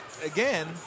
again